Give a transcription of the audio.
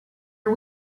are